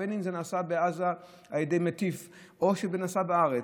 בין אם זה נעשה בעזה על ידי מטיף או שזה נעשה בארץ,